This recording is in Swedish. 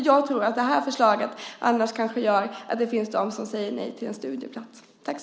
Jag tror att det här förslaget annars gör att det finns de som säger nej till en studieplats.